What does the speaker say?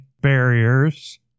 barriers